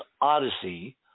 Odyssey